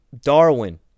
Darwin